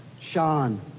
Sean